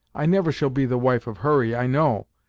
i never shall be the wife of hurry, i know,